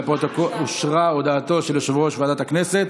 אושרה הודעתו של יושב-ראש ועדת הכנסת.